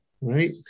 Right